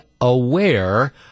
aware